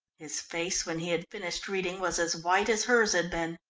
his face, when he had finished reading, was as white as hers had been.